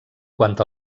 quant